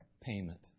payment